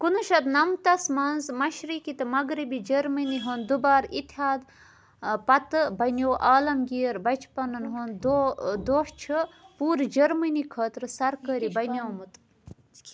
کُنوُہ شیٚتھ نَمَتس منٛز مشرِقی تہٕ مغرِبی جرمٔنی ہُنٛد دُبارٕ اِتحادٕ پتہٕ بَنیٛووعالمگیٖر بَچپن ہُنٛد دۄہ چھُ پوٗرٕ جرمٔنی خٲطرٕ سرکٲری بَنیٛومُت